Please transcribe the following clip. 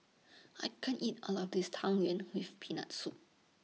I can't eat All of This Tang Yuen with Peanut Soup